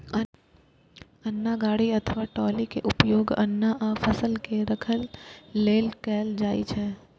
अन्न गाड़ी अथवा ट्रॉली के उपयोग अन्न आ फसल के राखै लेल कैल जाइ छै